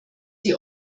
die